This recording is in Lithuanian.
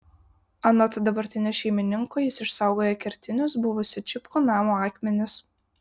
anot dabartinio šeimininko jis išsaugojo kertinius buvusio čipkų namo akmenis